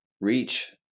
reach